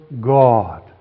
God